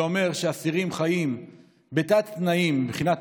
זה אומר שאסירים חיים בתת-תנאים מבחינת